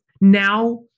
now